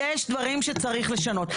יש דברים שצריך לשנות.